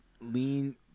Lean